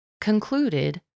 concluded